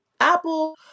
Apple